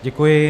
Děkuji.